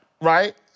right